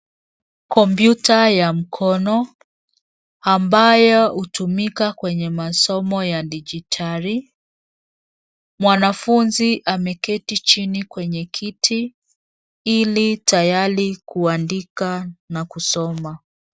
Kompyuta ya mkono ambayo hutumika kwenye masomo ya dijitali. Mwanafunzi ameketi chini kwenye kiti ili tayari kuandika na kusoma.